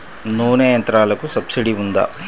నూనె యంత్రాలకు సబ్సిడీ ఉందా?